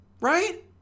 right